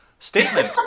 Statement